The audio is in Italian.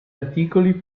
articoli